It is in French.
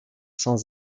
sans